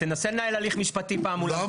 תנסה לנהל הליך משפטי פעם מול המדינה.